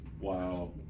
Wow